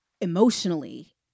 emotionally